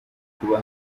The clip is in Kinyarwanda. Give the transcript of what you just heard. kuba